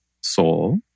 soul